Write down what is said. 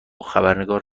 خبرنگار